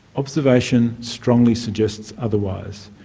observation strongly suggests otherwise.